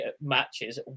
matches